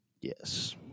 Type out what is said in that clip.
Yes